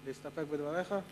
להסתפק בדבריך?